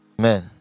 Man